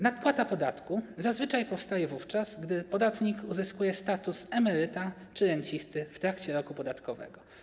Nadpłata podatku zazwyczaj powstaje wówczas, gdy podatnik uzyskuje status emeryta czy rencisty w trakcie roku podatkowego.